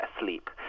asleep